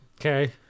Okay